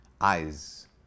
eyes